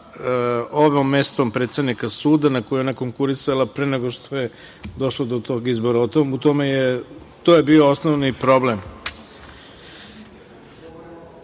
ovim mestom predsednika suda na koji je ona konkurisala pre nego što je došla do tog izbora. To je bio osnovni